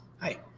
hi